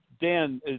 Dan